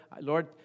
Lord